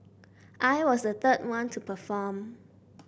I was the third one to perform